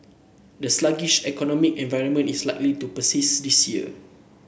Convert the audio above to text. the sluggish economic environment is likely to persist this year